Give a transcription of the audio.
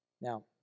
Now